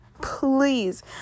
Please